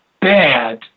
bad